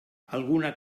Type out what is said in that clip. alguna